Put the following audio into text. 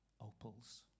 opals